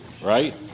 right